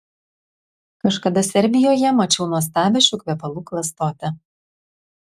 kažkada serbijoje mačiau nuostabią šių kvepalų klastotę